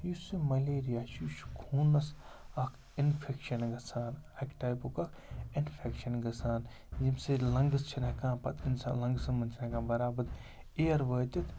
یُس یہِ مَلیریا چھُ یہِ چھُ خوٗنَس اَکھ اِنفٮ۪کشَن گژھان اَکہِ ٹایپُک اَکھ اِنفٮ۪کشَن گژھان ییٚہِ سۭتۍ لنٛگٕز چھِنہٕ ہٮ۪کان پَتہٕ اِنسان لنٛگزَن منٛز چھِنہٕ ہٮ۪کان بَرابَد اِیَر وٲتِتھ